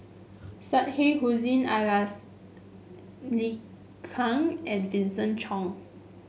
Syed Hussein Alatas Liu Kang and Vincent Cheng